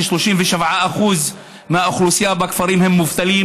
ש-37% מהאוכלוסייה בכפרים הם מובטלים?